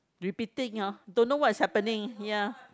repeating ah don't know what is happening ya